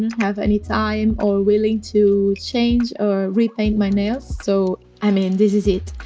have any time or willing to change or repaint my nails, so, i mean, this is it!